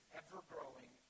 ever-growing